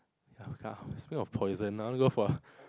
speaking of poison I wanna go for